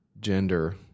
gender